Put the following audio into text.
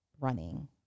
running